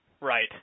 Right